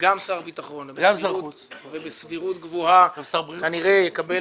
גם שר ביטחון ובסבירות גבוהה כנראה יקבל